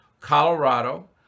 Colorado